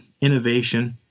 innovation